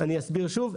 אני אסביר שוב,